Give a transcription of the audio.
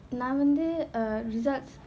நான் வந்து:naan vanthu uh results